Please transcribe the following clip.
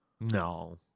No